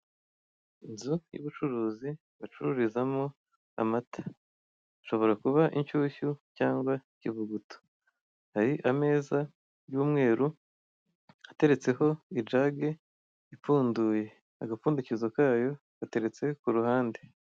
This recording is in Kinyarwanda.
Inzu y'ubucuruzi bacururizamo amata, ashobora kuba inshyushyu cyangwa ikivuguto, hari ameza y'umweru ateretseho ijage ipfunduye, agapfundikizo kayo gateretse ku ruhande.